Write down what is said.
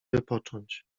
wypocząć